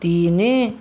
ତିନି